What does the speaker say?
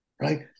right